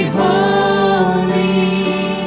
holy